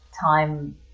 time